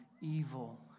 evil